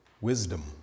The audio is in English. wisdom